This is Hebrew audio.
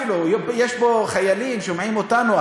יש פה חיילים ששומעים אותנו,